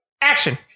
Action